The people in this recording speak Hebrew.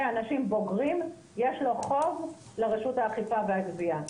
אנשים בוגרים הוא בעל חוב לרשות האכיפה והגבייה.